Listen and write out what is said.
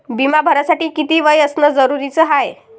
बिमा भरासाठी किती वय असनं जरुरीच हाय?